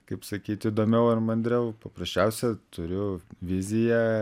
kaip sakyt įdomiau ar mandriau paprasčiausia turiu viziją